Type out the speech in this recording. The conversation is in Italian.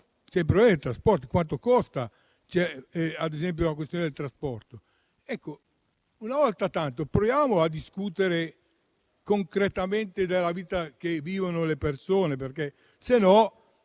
problema dei trasporti. Quanto costa, ad esempio, la questione del trasporto? Ecco, una volta tanto proviamo a discutere concretamente della vita che vivono le persone, altrimenti